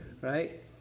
right